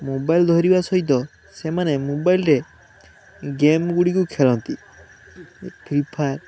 mobile ଧରିବା ସହିତ ସେମାନେ ମୋବାଇଲ୍ରେ ଗେମ୍ ଗୁଡ଼ିକୁ ଖେଳନ୍ତି ଫ୍ରି ଫାୟାର୍